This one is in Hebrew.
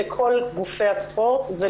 כלומר במוסדות להשכלה גבוהה גם על גופי ספורט.